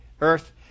earth